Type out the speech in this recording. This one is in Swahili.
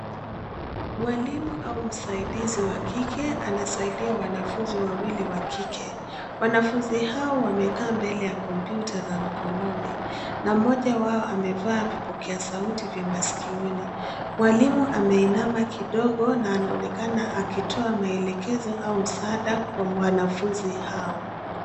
Mwalimu au msaidizi wa kike anasaidia wanafunzi wawili wa kike. Wanafunzi hao wamekaa mbele ya kompyuta za mkononi, na mmoja wao amevaa vipokea sauti vya masikioni. Mwalimu ameinama kidogo na anaonekana akitoa maelekezo au msaada kwa wanafunzi hao.